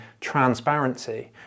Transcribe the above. transparency